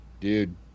Dude